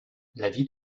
l’avis